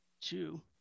Two